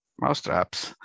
Mousetraps